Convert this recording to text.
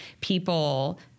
people